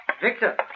Victor